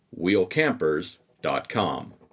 wheelcampers.com